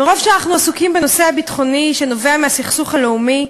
מרוב שאנחנו עסוקים בנושא הביטחוני שנובע מהסכסוך הלאומי,